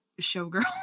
showgirl